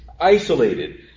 isolated